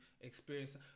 experience